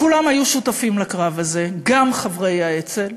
כולם היו שותפים לקרב הזה, גם חברי האצ"ל.